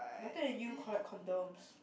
better than you collect condoms